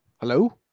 hello